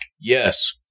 Yes